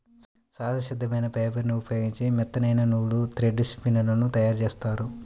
సహజ సిద్ధమైన ఫైబర్ని ఉపయోగించి మెత్తనైన నూలు, థ్రెడ్ స్పిన్ లను తయ్యారుజేత్తారు